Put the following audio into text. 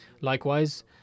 Likewise